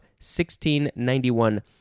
1691